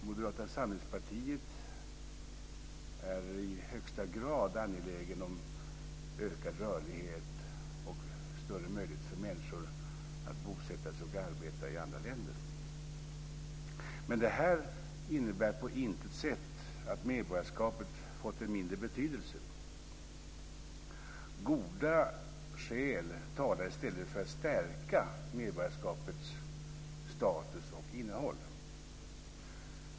Moderata samlingspartiet är i högsta grad angeläget om ökad rörlighet och större möjligheter för människor att bosätta sig och arbeta i andra länder. Men detta innebär på intet sätt att medborgarskapet har fått en mindre betydelse. Goda skäl talar i stället för att man ska stärka medborgarskapets status och innehåll.